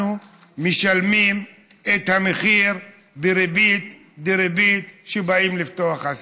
אנחנו משלמים את המחיר בריבית דריבית כשבאים לפתוח עסקים.